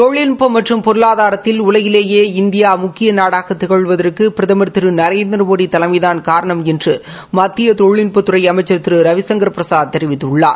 தொழில்நட்பம் மற்றும் பொருளாதாரத்தில் உலகிலேயே இந்தியா முக்கிய நாடாக திகழ்வதற்கு பிரதமர் திரு நரேந்திரமோடி தலைமைதாள் காரணம் என்று மத்திய தொழில்நுட்பத்துறை அமைச்சர் திரு ரவிசங்கர் பிரசாத் தெரிவித்துள்ளார்